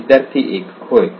विद्यार्थी 1 होय